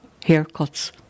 haircuts